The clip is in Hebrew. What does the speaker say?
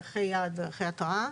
ערכי יעד וערכי התראה.